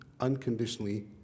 unconditionally